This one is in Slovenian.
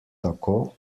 tako